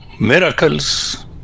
miracles